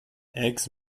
eggs